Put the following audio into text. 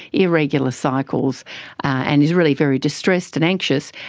irregular cycles and is really very distressed and anxious,